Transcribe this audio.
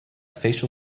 facial